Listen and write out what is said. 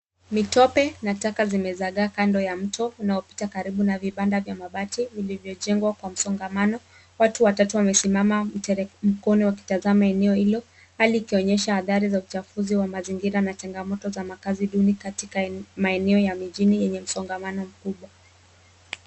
Mitope na taka zimezagaa kando ya mto unaopita karibu na vibanda vya mabati vilivyojengwa kwa msongamano. Watu watatu wamesimama mteremkoni wakitazama eneo hilo hali ikionyesaha athari za uchafuzi wa mazingira na changamoto za makazi duni katika maeneo ya mijini yenye msongamano mkubwa.